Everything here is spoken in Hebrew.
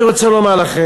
עכשיו אני רוצה לומר לכם,